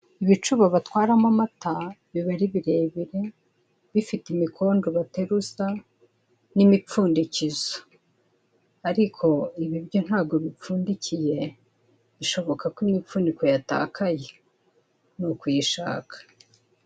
Ibicuba batwaramo amata biba ari birebire, bifite imikondo bateruza n'imipfundikizo; ariko ibi byo ntabwo bipfundikiye, bishoboka ko imifuniko yatakaye, ni ukuyishaka.